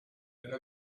nella